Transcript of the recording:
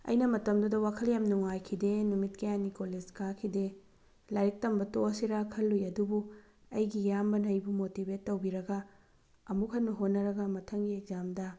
ꯑꯩꯅ ꯃꯇꯝꯗꯨꯗ ꯋꯥꯈꯜ ꯌꯥꯝꯅ ꯅꯨꯡꯉꯥꯏꯈꯤꯗꯦ ꯅꯨꯃꯤꯠ ꯀꯌꯥꯅꯤ ꯀꯣꯂꯦꯖ ꯀꯥꯈꯤꯗꯦ ꯂꯥꯏꯔꯤꯛ ꯇꯝꯕ ꯇꯣꯛꯑꯁꯤꯔꯥ ꯈꯜꯂꯨꯏ ꯑꯗꯨꯕꯨ ꯑꯩꯒꯤ ꯏꯌꯥꯝꯕꯅ ꯑꯩꯕꯨ ꯃꯣꯇꯤꯕꯦꯠ ꯇꯧꯕꯤꯔꯒ ꯑꯃꯨꯛ ꯍꯟꯅ ꯍꯣꯠꯅꯔꯒ ꯃꯊꯪꯒꯤ ꯑꯦꯛꯖꯥꯝꯗ